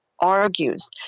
argues